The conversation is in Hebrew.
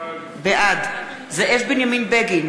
בעד זאב בנימין בגין,